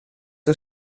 een